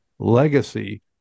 legacy